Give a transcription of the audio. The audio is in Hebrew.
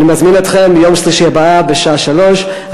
אני מזמין אתכם ביום שלישי הבא בשעה 15:00,